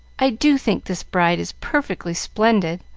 i do think this bride is perfectly splendid,